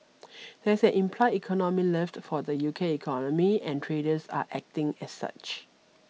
that's an implied economic lift for the U K economy and traders are acting as such